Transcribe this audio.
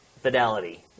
fidelity